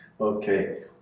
Okay